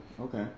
okay